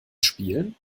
spielen